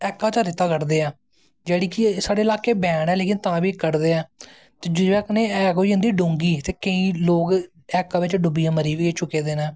ऐका चा दा रेत्ता कड्डदे ऐ जेह्ड़ी कि साढ़े लाह्के च बैन ऐ लेकिन तां बी कड्डदे ऐं ते जेह्ॅदी बज़ाह् कन्नैं ऐक होई जंदी डुगी ते केंई लोग ऐका बिच्च डुब्बियै मरी बी चुके दे नै